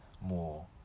more